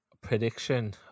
Prediction